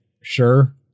sure